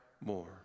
more